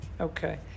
Okay